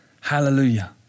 Hallelujah